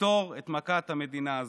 לפתור את מכת את המדינה הזו,